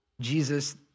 Jesus